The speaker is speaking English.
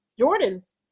Jordans